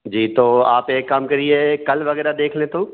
जी तो आप एक काम करिए कल वग़ैरह देख लें तो